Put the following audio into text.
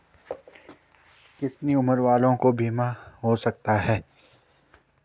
कितने उम्र वालों का बीमा हो सकता है?